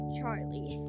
Charlie